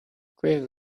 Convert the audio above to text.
gravel